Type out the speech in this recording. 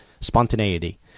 spontaneity